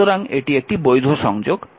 সুতরাং এটি একটি বৈধ সংযোগ